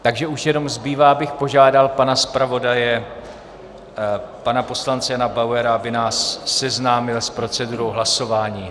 Takže už jenom zbývá, abych požádal pana zpravodaje pana poslance Jana Bauera, aby nás seznámil s procedurou hlasování.